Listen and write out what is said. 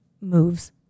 moves